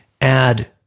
add